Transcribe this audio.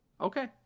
Okay